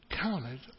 counted